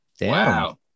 wow